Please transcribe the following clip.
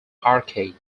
arcade